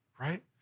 right